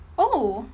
oh